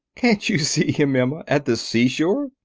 can't you see him, emma, at the seashore?